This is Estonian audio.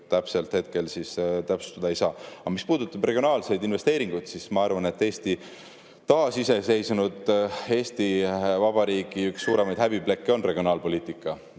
seepärast praegu täpsustada ei saa. Aga mis puudutab regionaalseid investeeringuid, siis ma arvan, et taasiseseisvunud Eesti Vabariigi üks suuremaid häbiplekke on regionaalpoliitika.